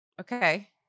Okay